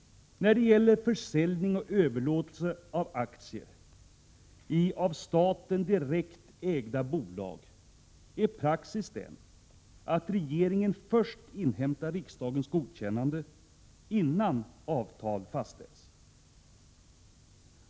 När det gäller försäljning och överlåtelse av aktier i av staten direkt ägda bolag är praxis den, att regeringen först inhämtar riksdagens godkännande innan avtal fastställs.